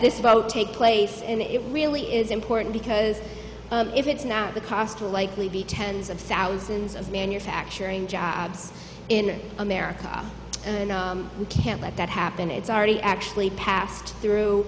this vote take place and it really is important because if it's now the cost will likely be tens of thousands of manufacturing jobs in america and we can't let that happen it's already actually passed through